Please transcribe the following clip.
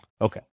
Okay